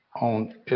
on